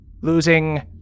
losing